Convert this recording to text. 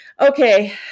Okay